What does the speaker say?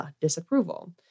disapproval